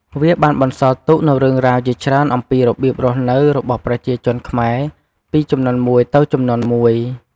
វាបានបន្សល់ទុកនូវរឿងរ៉ាវជាច្រើនអំពីរបៀបរស់នៅរបស់ប្រជាជនខ្មែរពីជំនាន់មួយទៅជំនាន់មួយ។